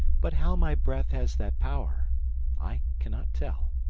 but how my breath has that power i cannot tell.